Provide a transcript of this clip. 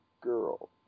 girl